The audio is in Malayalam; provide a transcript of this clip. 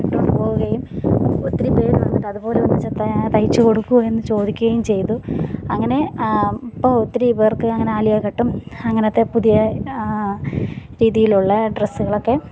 ഇട്ടുകൊണ്ട് പോവുകയും ഒത്തിരി പേർ എന്നിട്ട് അതുപോലെ ഒന്ന് തയ്ച്ച് കൊടുക്കുമോ എന്ന് ചോദിക്കുകയും ചെയ്തു അങ്ങനെ ഇപ്പോൾ ഒത്തിരി പേർക്ക് അങ്ങനെ ആലിയ കട്ടും അങ്ങനത്തെ പുതിയ രീതിയിലുള്ള ഡ്രെസ്സുകളൊക്കെ